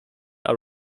are